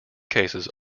cases